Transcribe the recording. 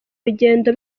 rugendo